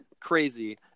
Crazy